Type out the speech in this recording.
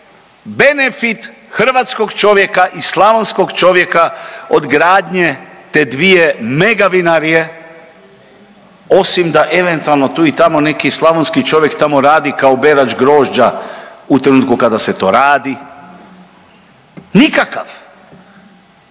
benefit hrvatskog čovjeka i slavonskog čovjeka od gradnje te dvije mega vinarije osim da eventualno tu i tamo neki slavonski čovjek tamo radi kao berač grožđa u trenutku kada se to radi? Nikakav!